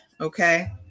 okay